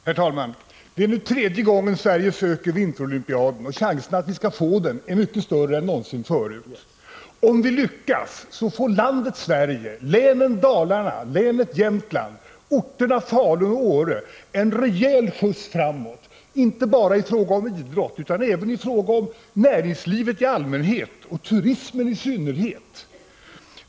Herr talman! Det är nu tredje gången Sverige söker få arrangera vinterolympiaden, och chanserna att vi skall få den är mycket större än någonsin förut. Om vi lyckas får landet Sverige, landskapet Dalarna, landskapet Jämtland, orterna Falun och Åre en rejäl skjuts framåt, inte bara i fråga om idrotten utan även i fråga om näringslivet i allmänhet och turismen i synnerhet.